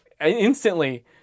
instantly